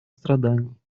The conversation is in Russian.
страданий